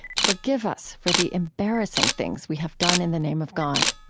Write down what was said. forgive us for the embarrassing things we have done in the name of god.